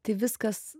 tai viskas